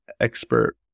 expert